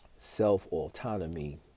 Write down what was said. self-autonomy